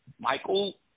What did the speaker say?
Michael